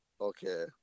Okay